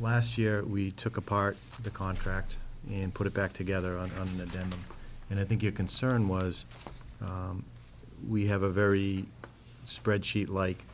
last year we took apart the contract and put it back together on the debt and i think your concern was we have a very spreadsheet like